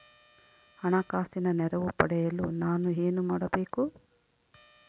ಹಣಕಾಸಿನ ನೆರವು ಪಡೆಯಲು ನಾನು ಏನು ಮಾಡಬೇಕು?